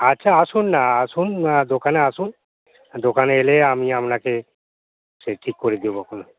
আচ্ছা আসুন না আসুন দোকানে আসুন দোকানে এলে আমি আপনাকে সে ঠিক করে দেবো ক্ষণ